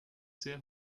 sehr